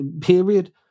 period